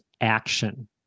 action